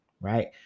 right